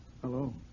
Hello